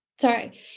sorry